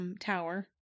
tower